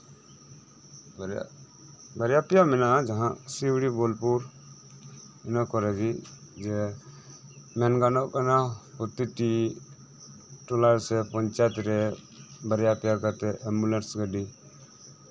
ᱵᱟᱨᱭᱟ ᱯᱮᱭᱟ ᱢᱮᱱᱟᱜᱼᱟ ᱥᱤᱣᱲᱤ ᱵᱳᱞᱯᱩᱨ ᱤᱱᱟᱹ ᱠᱚᱨᱮ ᱜᱮ ᱢᱮᱱᱜᱟᱱᱚᱜᱼᱟ ᱯᱨᱚᱛᱤᱴᱤ ᱴᱚᱞᱟᱨᱮ ᱥᱮ ᱯᱚᱧᱪᱟᱭᱮᱛᱨᱮ ᱵᱟᱨᱭᱟ ᱯᱮᱭᱟ ᱠᱟᱛᱮᱜ ᱮᱢᱵᱩᱞᱮᱱᱥ ᱜᱟᱹᱰᱤ